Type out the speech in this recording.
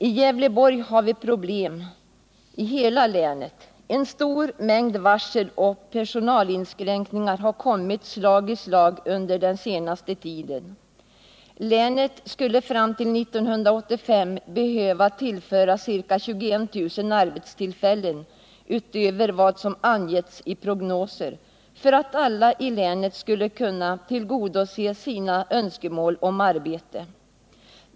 I Gävleborgs län har vi problem i hela länet. En stor mängd varsel och personalinskränkningar har kommit slag i slag under den senaste tiden. Länet skulle fram till 1985 behöva tillföras ca 21 000 arbetstillfällen utöver vad som angetts i prognoser för att alla i länet skall kunna tillgodose sina önskemål om arbete.